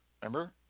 Remember